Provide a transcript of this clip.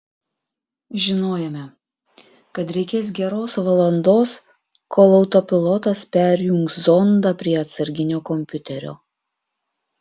žinojome kad reikės geros valandos kol autopilotas perjungs zondą prie atsarginio kompiuterio